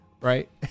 Right